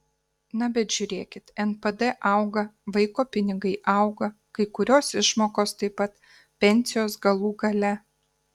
na bet žiūrėkit npd auga vaiko pinigai auga kai kurios išmokos taip pat pensijos galų gale